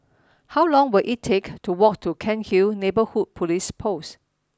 how long will it take to walk to Cairnhill Neighbourhood Police Post